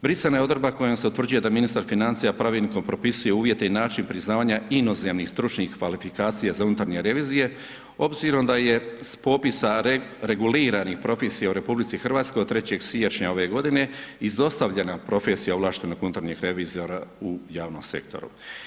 Brisana je odredba kojom se utvrđuje da ministar financija pravilnikom propisuje uvjete i način priznavanja inozemnih stručnih kvalifikacija za unutarnje revizije obzirom da je s popisa reguliranih profesija u RH od 3. siječnja ove godine izostavljena profesija ovlaštenog unutarnjeg revizora u javnom sektoru.